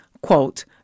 quote